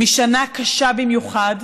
משנה קשה במיוחד.